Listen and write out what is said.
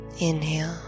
inhale